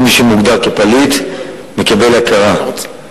כל מי שמוגדר פליט מקבל הכרה.